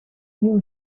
you